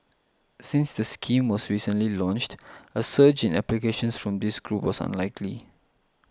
since the scheme was recently launched a surge in applications from this group was unlikely